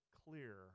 clear